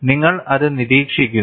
നിങ്ങൾ അത് നിരീക്ഷിക്കുന്നു